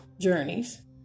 Journeys